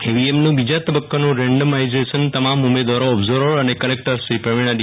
ઈવીએમનું બીજા તબક્કાનું રેન્ડમમાઈઝેશન તમામ ઉમેદવારો ઓબ્ઝર્વર અને કલેકટરશ્રી પ્રવીણા ડી